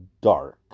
dark